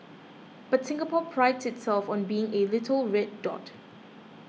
but Singapore prides itself on being a little red dot